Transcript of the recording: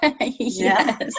Yes